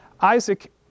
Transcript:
Isaac